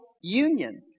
union